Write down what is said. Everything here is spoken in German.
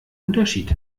unterschied